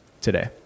today